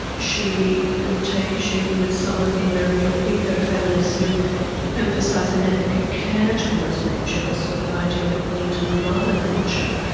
she would take issue with some of the american eco-feminists who emphasised an ethic of care towards nature, the sort of idea that we need to mother nature.